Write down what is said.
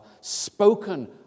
spoken